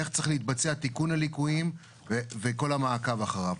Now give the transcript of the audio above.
איך צריך להתבצע תיקון הליקויים וכל המעקב אחריו.